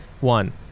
One